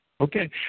okay